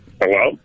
Hello